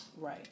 right